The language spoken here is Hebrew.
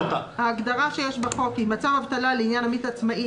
ההגדרה שיש בחוק היא למצב אבטלה לעניין עמית עצמאי,